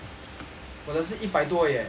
我的是一百多而已哦